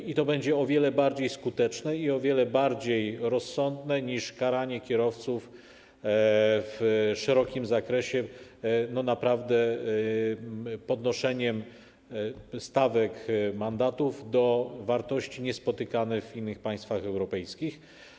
I to będzie o wiele bardziej skuteczne i o wiele bardziej rozsądne niż karanie kierowców w szerokim zakresie podnoszeniem stawek mandatów do wartości niespotykanych w innych państwach europejskich.